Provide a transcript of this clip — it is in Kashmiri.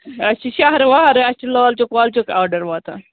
اَسہِ چھِ شَہرٕ وَہرٕ اَسہِ چھُ لالچوک والچوک آرڈَر واتان